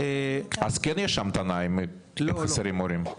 אז כן יש המתנה אם חסרים מורים.